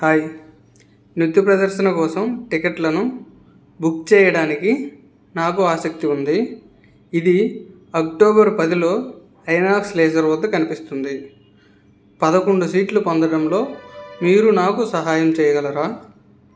hi నృత్య ప్రదర్శన కోసం టిక్కెట్లను బుక్ చేయడానికి నాకు ఆసక్తి ఉంది ఇది అక్టోబర్ పదిలో ఐనాక్స్ లీజర్ వద్ద కనిపిస్తుంది పదకొండు సీట్లు పొందటంలో మీరు నాకు సహాయం చేయగలరా